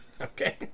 Okay